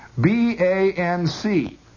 B-A-N-C